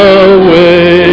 away